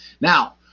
Now